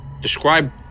Describe